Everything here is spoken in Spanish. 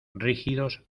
rígidos